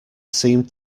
seemed